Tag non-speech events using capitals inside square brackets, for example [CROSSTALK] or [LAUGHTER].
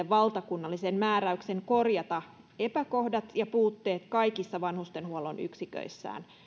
[UNINTELLIGIBLE] valtakunnallisen määräyksen korjata epäkohdat ja puutteet kaikissa vanhustenhuollon yksiköissään